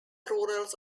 rulers